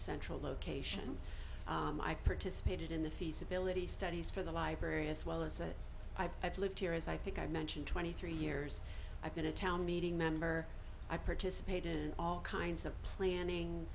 central location i participated in the feasibility studies for the library as well as i've lived here as i think i mentioned twenty three years i've been a town meeting member i participated in all kinds of planning